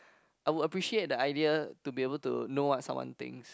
I would appreciate the idea to be able to know what someone thinks